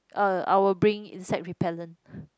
err I will bring insect repellent